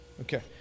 Okay